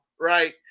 right